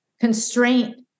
constraint